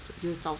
有早